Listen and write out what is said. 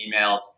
emails